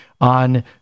on